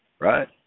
right